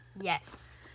Yes